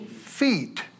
Feet